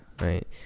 Right